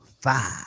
Five